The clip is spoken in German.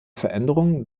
veränderungen